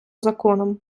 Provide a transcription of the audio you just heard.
законом